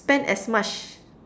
spent as much